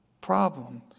problems